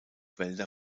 wälder